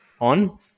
on